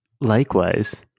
Likewise